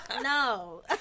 No